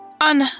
on